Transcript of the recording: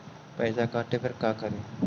पैसा काटे पर का करि?